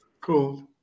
Cool